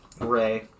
Ray